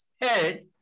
head